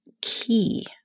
key